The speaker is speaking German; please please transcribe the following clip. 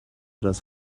das